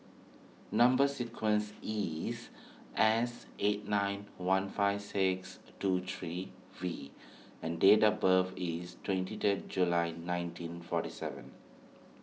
Number Sequence is S eight nine one five six two three V and date of birth is twenty third July nineteen forty seven